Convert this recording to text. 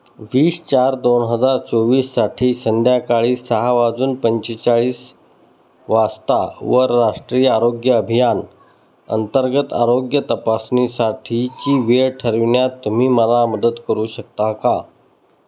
वीस चार दोन हजार चोवीससाठी संध्याकाळी सहा वाजून पंचेचाळीस वासता वर राष्ट्रीय आरोग्य अभियान अंतर्गत आरोग्य तपासणीसाठीची वेळ ठरविवण्यात तुम्ही मला मदत करू शकता का